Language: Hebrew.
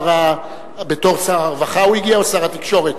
הוא הגיע בתור שר הרווחה או שר התקשורת?